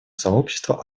сообщество